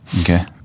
okay